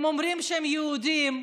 הם אומרים שהם יהודים.